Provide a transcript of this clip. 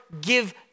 give